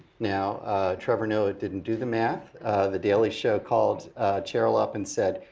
now trevor noah didn't do the math the daily show called cheryl up and said,